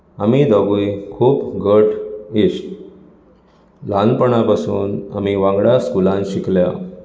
आमी दोगूय खूब घट्ट इश्ट ल्हानपणा पसून आमी वांगडा स्कुलान शिकल्यात